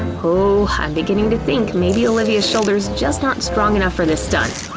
ooh, i'm beginning to think maybe olivia's shoulders just aren't strong enough for this stunt.